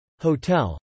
Hotel